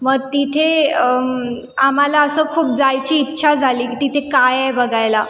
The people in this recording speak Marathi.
मग तिथे आम्हाला असं खूप जायची इच्छा झाली तिथे काय आहे बघायला